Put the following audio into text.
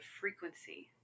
frequency